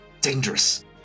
dangerous